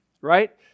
Right